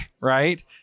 right